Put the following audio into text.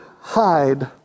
hide